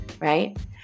right